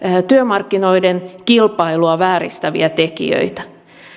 työmarkkinoiden kilpailua vääristäviä tekijöitä